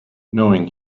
knowing